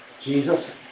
Jesus